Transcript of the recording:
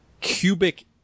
cubic